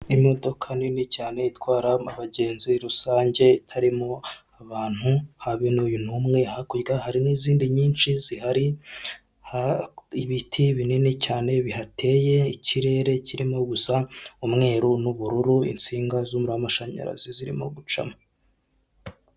Imodoka nini cyane itwara abagenzi rusange harimo abantu, habe n'uyu numwe hakurya hari n'izindi nyinshi zihari, ibiti binini cyane bihateye, ikirere kirimo gusa umweru n'ubururu insinga z'amashanyarazi zirimo gucamo.